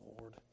Lord